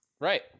Right